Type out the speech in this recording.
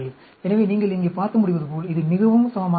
எனவே நீங்கள் இங்கே பார்க்க முடிவதுபோல் இது மிகவும் சமமாக உள்ளது